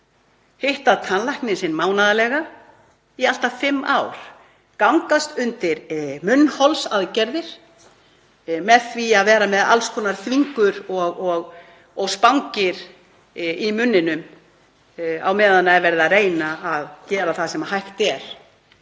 hitta tannlækninn sinn mánaðarlega í allt að fimm ár, gangast undir munnholsaðgerðir með því að vera með alls konar þvingur og spangir í munninum á meðan verið er að reyna að hjálpa barninu að